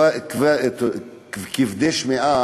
כבדי שמיעה,